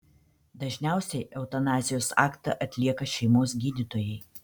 dažniausiai eutanazijos aktą atlieka šeimos gydytojai